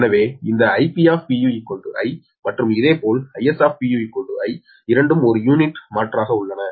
எனவே இந்த Ip I மற்றும் இதேபோல் Is I இரண்டும் ஒரு யூனிட் மாற்றாக உள்ளன